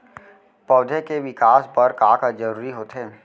पौधे के विकास बर का का जरूरी होथे?